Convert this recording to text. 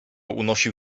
unosił